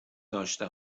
داشته